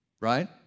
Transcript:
right